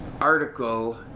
article